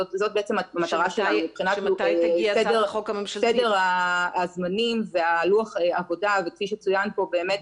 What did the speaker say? זו בעצם המטרה שלנו מבחינת סדר הזמנים והלוח עבודה וכפי שצוין פה באמת,